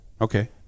okay